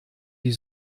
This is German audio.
die